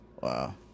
wow